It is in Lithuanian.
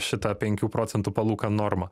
šita penkių procentų palūkanų norma